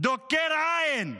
דוקר עין,